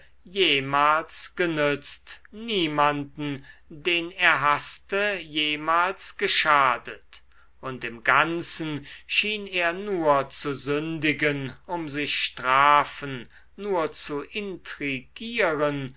jemals genützt niemanden den er haßte jemals geschadet und im ganzen schien er nur zu sündigen um sich strafen nur zu intrigieren